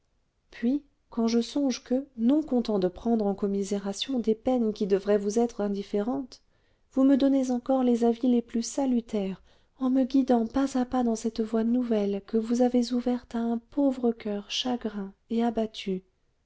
puis quand je songe que non content de prendre en commisération des peines qui devraient vous être indifférentes vous me donnez encore les avis les plus salutaires en me guidant pas à pas dans cette voie nouvelle que vous avez ouverte à un pauvre coeur chagrin et abattu